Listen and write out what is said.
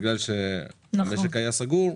בגלל שהמשק היה סגור,